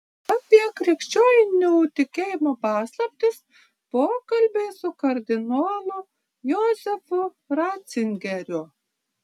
apie krikščionių tikėjimo paslaptis pokalbiai su kardinolu jozefu racingeriu